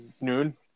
noon